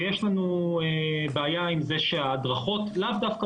יש לנו בעיה עם זה שההדרכות לאו דווקא